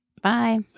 Bye